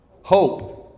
hope